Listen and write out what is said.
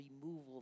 removal